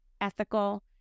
ethical